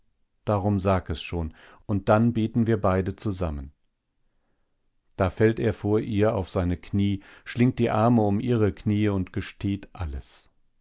darum sag es schon und dann beten wir beide zusammen da fällt er vor ihr auf seine knie schlingt die arme um ihre knie und gesteht alles